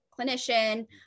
clinician